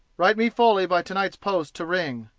write me fully by to-night's post to ring.